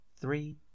three